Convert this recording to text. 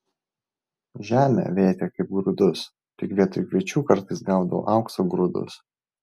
žemę vėtė kaip grūdus tik vietoj kviečių kartais gaudavo aukso grūdus